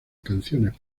canciones